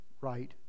right